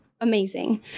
amazing